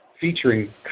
featuring